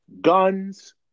Guns